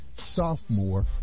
Sophomore